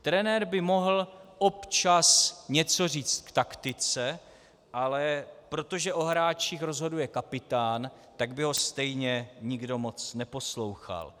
Trenér by měl občas něco říct k taktice, ale protože o hráčích rozhoduje kapitán, tak by ho stejně nikdo moc neposlouchal.